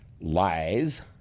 lies